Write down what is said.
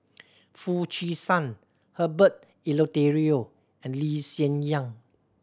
Foo Chee San Herbert Eleuterio and Lee Hsien Yang